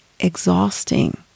exhausting